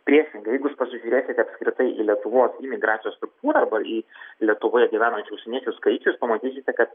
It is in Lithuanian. priešingai jeigu jūs pasižiūrėsite apskritai į lietuvos imigracijos struktūrą arba į lietuvoje gyvenančių užsieniečių skaičių jūs pamatysite kad